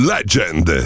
Legend